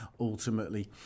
ultimately